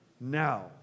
now